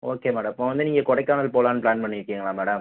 okay madam இப்போ வந்து நீங்கள் கொடைக்கானல் போகலான்னு பிளான் பண்ணியிருக்கீங்களா மேடம்